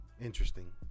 Interesting